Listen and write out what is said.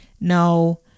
Now